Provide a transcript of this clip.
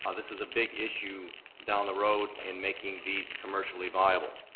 ah this is a big issue down the road in making these commercially viable.